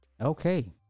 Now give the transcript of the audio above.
Okay